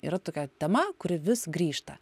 yra tokia tema kuri vis grįžta